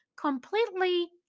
completely